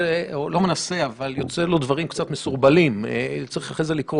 הדברים היו לנגד